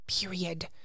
Period